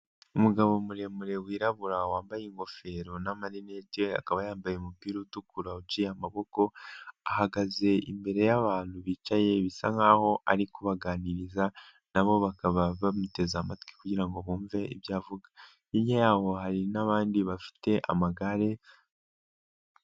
Umugabo muremure wirabura wambaye ingofero n'amarinete, akaba yambaye umupira utukura uciye amaboko, ahagaze imbere y'abantu bicaye bisa nk'aho ari kubaganiriza, nabo bakaba bamuteze amatwi kugirango ngo bumve ibyo avuga, inya yabo hari n'abandi bafite amagare.